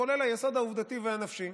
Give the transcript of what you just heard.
כולל היסוד העובדתי והנפשי.